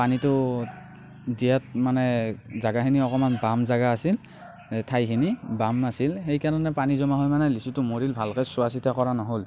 পানীটো দিয়াত মানে জেগাখিনি অলপমান বাম জেগা আছিল ঠাইখিনি বাম আছিল সেইকাৰণে পানী জমা হৈ মানে লিচুটো মৰিল ভালকৈ চোৱা চিতা কৰা নহ'ল